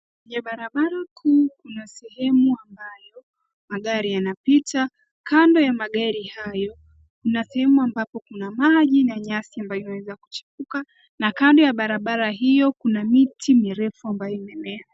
Kwenye barabara kuu kuna sehemu ambayo magari yanapita. Kando ya magari hayo, kuna sehemu ambapo kuna maji na nyasi ambayo zinaweza kuchipuka na kando ya barabara hiyo kuna miti mirefu ambayo imemea.